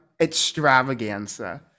extravaganza